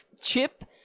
Chip